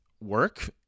work